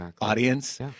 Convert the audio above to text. audience